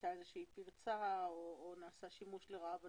הייתה איזושהי פרצה או נעשה שימוש לרעה בנתונים.